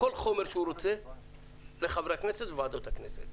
כל חומר שהוא רוצה לחברי הכנסת ולוועדות הכנסת.